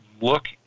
look